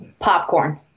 Popcorn